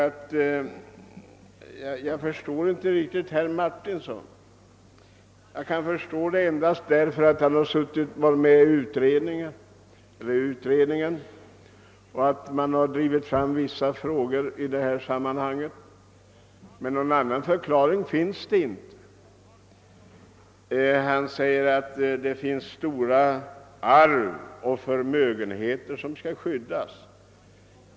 Jag förstår inte riktigt herr Mariinssons inställning. Han har varit med i utredningen som har drivit fram vissa frågor — någon annan förklaring till hans inställning kan jag inte finna. Herr Martinsson säger att stora ärvda förmögenheter måste skyddas.